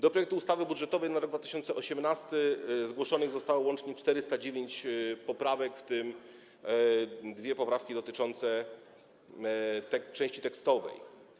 Do projektu ustawy budżetowej na rok 2018 zgłoszonych zostało łącznie 409 poprawek, w tym dwie poprawki dotyczące części tekstowej.